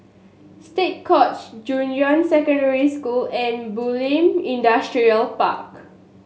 State Courts Junyuan Secondary School and Bulim Industrial Park